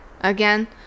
Again